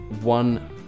one